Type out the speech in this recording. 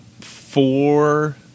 four